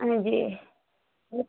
हाँ जी